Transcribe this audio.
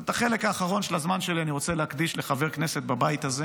את החלק האחרון של הזמן שלי אני רוצה להקדיש לחבר כנסת בבית הזה